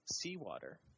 seawater